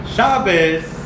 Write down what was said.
Shabbos